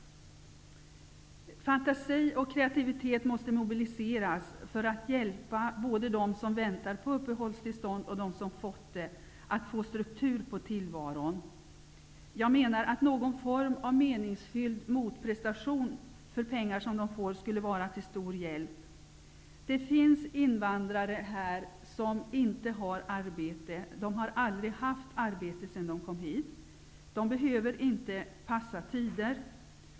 Fantasi och kreativitet måste mobiliseras för att hjälpa både dem som väntar på uppehållstillstånd och dem som fått det att få struktur på sin tillvaro. Jag anser att någon form av meningsfylld mot prestation för de pengar de får skulle vara till stor hjälp. Det finns invandrare här som inte har ar bete och som aldrig haft arbete sedan de kom hit. De behöver inte passa tider.